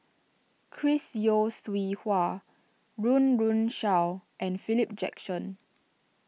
Chris Yeo Siew Hua Run Run Shaw and Philip Jackson